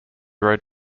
road